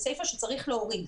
היא סיפה שצריך להוריד.